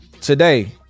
today